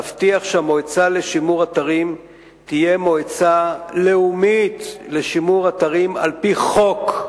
להבטיח שהמועצה לשימור אתרים תהיה מועצה לאומית לשימור אתרים על-פי חוק,